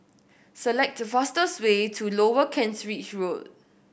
select the fastest way to Lower Kent Ridge Road